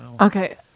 Okay